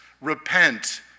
Repent